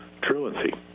truancy